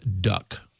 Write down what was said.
duck